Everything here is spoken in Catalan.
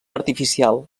artificial